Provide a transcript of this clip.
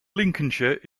lincolnshire